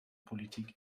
politik